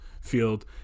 field